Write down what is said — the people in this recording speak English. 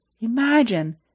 Imagine